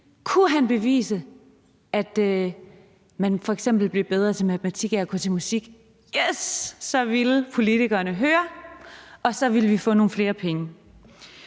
kunne han bevise, at man f.eks. blev bedre til matematik af at gå til musik, så ville politikerne lytte, og så ville vi få nogle flere penge.